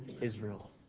Israel